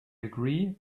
agree